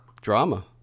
Drama